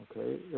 okay